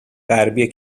غربی